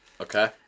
Okay